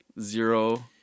Zero